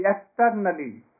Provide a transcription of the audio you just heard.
externally